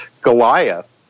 Goliath